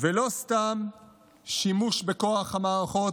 ולא סתם שימוש בכוח המערכות,